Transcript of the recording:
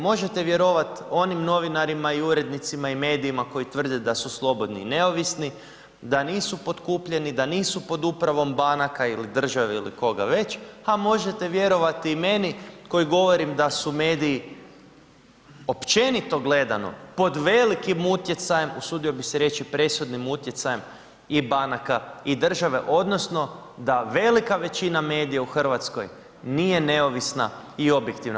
Možete vjerovati onim novinarima i urednicima i medijima koji tvrde da su slobodni i neovisni, da nisu potkupljeni, da nisu pod upravom banaka ili države ili koga već a možete vjerovati i meni koji govorim da su mediji općenito gledano, pod velikim utjecajem, usudio bi se reći, presudnim utjecajem i banaka i države odnosno da velika većina medija u Hrvatskoj nije neovisna i objektivna.